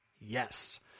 Yes